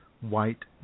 white